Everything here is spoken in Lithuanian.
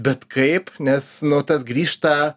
bet kaip nes nu tas grįžta